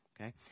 Okay